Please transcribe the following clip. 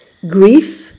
Grief